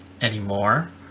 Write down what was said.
anymore